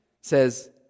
Says